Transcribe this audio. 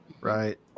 right